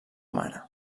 mare